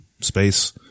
space